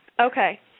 Okay